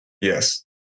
Yes